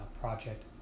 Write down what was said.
project